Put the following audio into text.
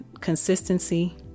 consistency